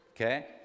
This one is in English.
okay